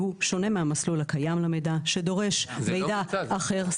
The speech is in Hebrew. שהוא בעצם שונה מהמסלול הקיים למידע שדורש מידע אחר.